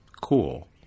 cool